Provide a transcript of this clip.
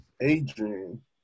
Adrian